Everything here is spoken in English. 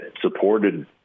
supported